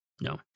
No